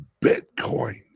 Bitcoin